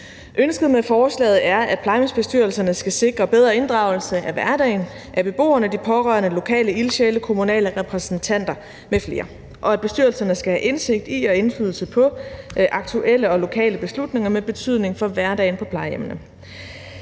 Ønsket med forslaget er, at plejehjemsbestyrelserne skal sikre bedre inddragelse af hverdagen, beboerne, de pårørende, lokale ildsjæle, kommunale repræsentanter m.fl., og at bestyrelserne skal have indsigt i og indflydelse på aktuelle og lokale beslutninger med betydning for hverdagen på plejehjemmene.